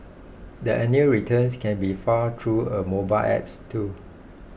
the annual returns can be filed through a mobile app too